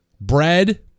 bread